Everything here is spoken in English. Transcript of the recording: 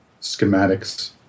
schematics